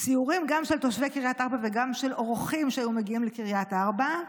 סיורים גם של תושבי קריית ארבע וגם של אורחים שהיו מגיעים לקריית ארבע.